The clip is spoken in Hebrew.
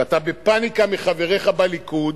ואתה בפניקה מחבריך בליכוד,